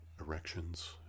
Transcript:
erections